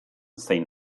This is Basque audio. zein